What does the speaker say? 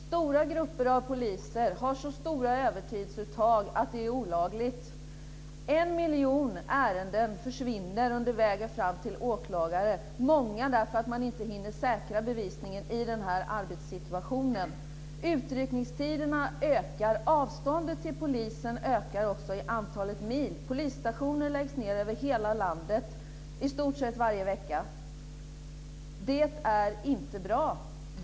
Stora grupper av poliser har så stora övertidsuttag att det är olagligt. En miljon ärenden försvinner under vägen fram till åklagare, många därför att man inte hinner säkra bevisningen i den här arbetssituationen. Utryckningstiderna ökar. Avståndet till polisen ökar också i antal mil. Polisstationer läggs ned över hela landet i stort sett varje vecka. Det är inte bra.